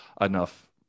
enough